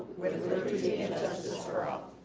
with liberty and justice for all.